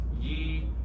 ye